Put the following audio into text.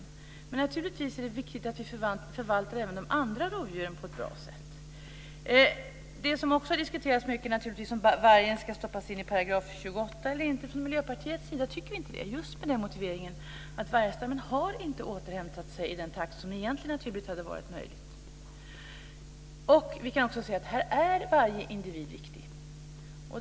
Det är naturligtvis viktigt att vi förvaltar även de andra rovdjuren på ett bra sätt. Det har också diskuterats huruvida vargen ska stoppas in i 28 § eller inte. Från Miljöpartiets sida tycker vi inte det, just med motiveringen att vargstammen inte har återhämtat sig i den takt som egentligen och naturligt hade varit möjligt. Vi kan också se att varje individ är viktig.